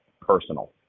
personal